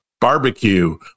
barbecue